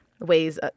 ways